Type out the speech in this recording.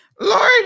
Lord